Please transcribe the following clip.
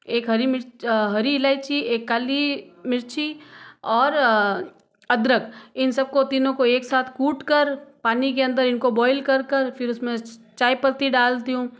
एक हरी मिर्च हरी इलाइची एक काली मिर्ची और अदरक इन सबको तीनो को एक साथ कूटकर पानी के अंदर इनको बॉईल कर कर फिर उसमें चाय पत्ती डालती हूँ